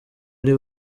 ari